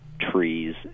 trees